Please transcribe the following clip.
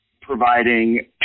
providing